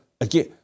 again